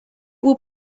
would